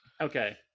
Okay